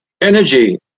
energy